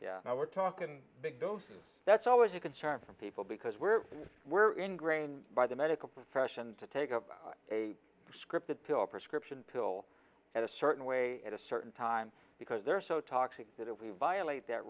yeah we're talking big doses that's always a concern for people because we're we're ingrained by the medical profession to take up a scrip the pill prescription pill at a certain way at a certain time because they're so toxic that if we violate that